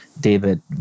David